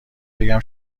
بگم